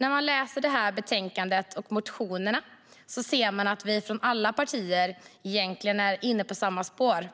När man läser det här betänkandet och motionerna ser man att vi från alla partier egentligen är inne på samma spår